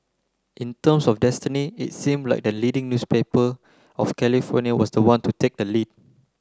in terms of destiny it seemed like the leading newspaper of California was the one to take the lead